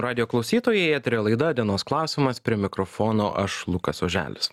radijo klausytojai eteryje laida dienos klausimas prie mikrofono aš lukas oželis